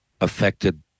affected